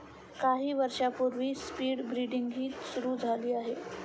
काही वर्षांपूर्वी स्पीड ब्रीडिंगही सुरू झाले आहे